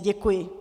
Děkuji.